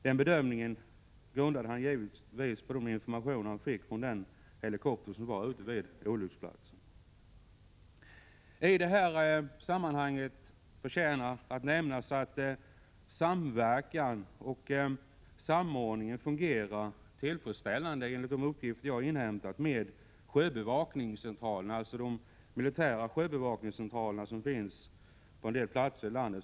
Han grundade givetvis i sin bedömning på de informationer han fick från den helikopter som var ute vid olycksplatsen. Enligt vad jag inhämtat fungerar samverkan och samordning med de militära sjöbevakningscentraler som finns på en del platser i landet.